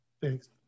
Thanks